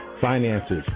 finances